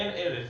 אין ערך